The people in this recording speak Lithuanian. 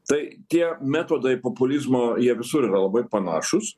tai tie metodai populizmo jie visur yra labai panašūs